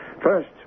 First